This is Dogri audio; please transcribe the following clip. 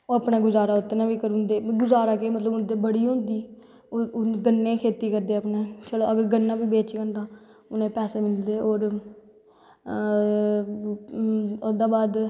ओह् अपना गुज़ारा बी करी ओड़दे गुज़ारा केह् मतलव बड़ी होंदी गन्नें दी खेत्ती करदे अगर गन्ना बी बेचगंन तां उनें पैसे मिलदे और ओह्दै बाद